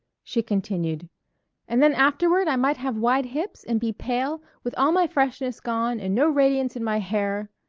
she continued and then afterward i might have wide hips and be pale, with all my freshness gone and no radiance in my hair.